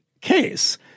case